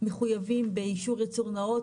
מחויבים באישור ייצור נאות,